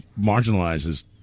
marginalizes